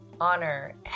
honor